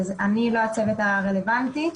אני לא הכתובת הרלוונטית.